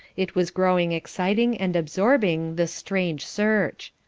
it was growing exciting and absorbing, this strange search.